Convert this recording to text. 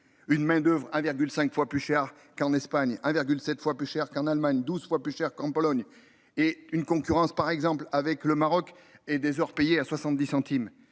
Une main d'oeuvre à 5 fois plus cher qu'en Espagne, 1,7 fois plus cher qu'en Allemagne, 12 fois plus cher qu'en Pologne et une concurrence par exemple avec le Maroc et des heurts payés à 70 centimes.